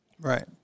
Right